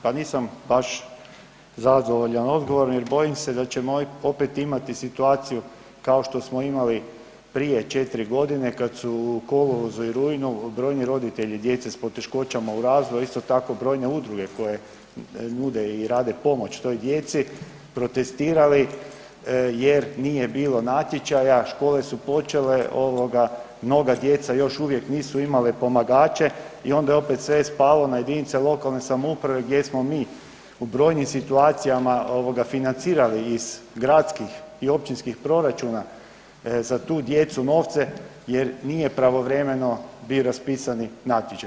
Pa nisam baš zadovoljan odgovorom jer bojim se da ćemo opet imati situaciju kao što smo imali prije 4 godine kad su u kolovozu i rujnu brojni roditelji djece s poteškoćama u razvoju, a isto tako, brojne udruge koje nude i rade pomoć toj djeci protestirali jer nije bilo natječaja, škole su počele, mnoga djeca još uvijek nisu imale pomagače i onda je opet sve spalo na jedinice lokalne samouprave gdje smo mi u brojnim situacijama financirali iz gradskih i općinskih proračuna za tu djecu novce jer nije pravovremenom bio raspisani natječaj.